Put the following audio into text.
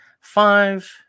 Five